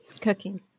cooking